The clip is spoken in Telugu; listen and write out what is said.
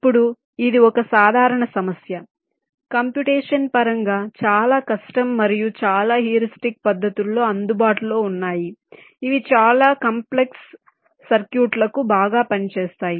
ఇప్పుడు ఇది ఒక సాధారణ సమస్య కంప్యూటేషన్ పరంగా చాలా కష్టం మరియు చాలా హ్యూరిస్టిక్స్ పద్ధతుల్లో అందుబాటులో ఉన్నాయి ఇవి చాలా కాంప్లెక్స్ సర్క్యూట్లకు బాగా పనిచేస్తాయి